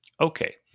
Okay